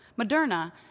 Moderna